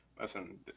Listen